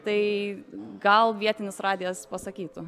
tai gal vietinis radijas pasakytų